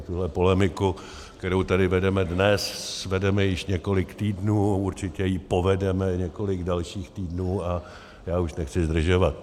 Tuhle polemiku, kterou tady vedeme dnes, vedeme již několik týdnů, určitě ji povedeme několik dalších týdnů a já už nechci zdržovat.